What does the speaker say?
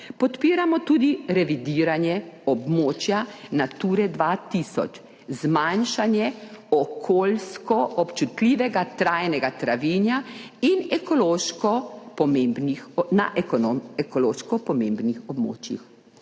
Podpiramo tudi revidiranje območja Nature 2000, zmanjšanje okoljsko občutljivega trajnega travinja in na ekološko pomembnih območjih.